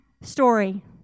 story